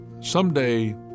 someday